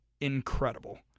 incredible